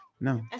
No